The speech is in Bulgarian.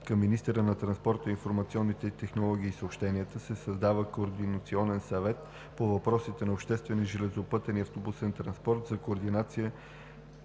към министъра на транспорта, информационните технологии и съобщенията се създава Координационен съвет по въпросите на обществения железопътен и автобусен транспорт за координация